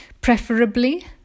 Preferably